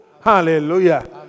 Hallelujah